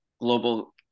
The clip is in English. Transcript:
global